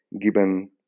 given